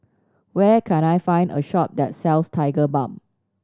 where can I find a shop that sells Tigerbalm